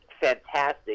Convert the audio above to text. fantastic